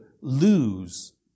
lose